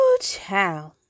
child